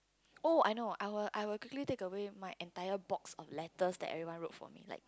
oh I know I will I will quickly take away my entire box of letters that everyone wrote for me like